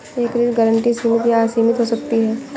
एक ऋण गारंटी सीमित या असीमित हो सकती है